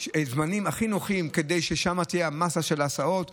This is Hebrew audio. זמנים הכי נוחים כדי ששם תהיה מסה של הסעות.